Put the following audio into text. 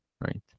right